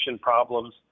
problems